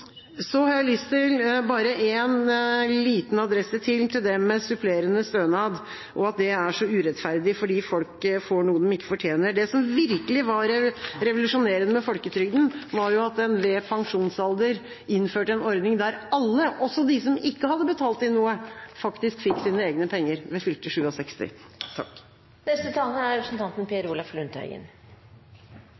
har lyst å adressere en liten ting til, nemlig det med supplerende stønad, og at det er så urettferdig fordi folk får noe de ikke fortjener: Det som virkelig var revolusjonerende med folketrygden, var at en ved pensjonsalder innførte en ordning der alle, også de som ikke hadde betalt inn noe, fikk sine egne penger ved fylte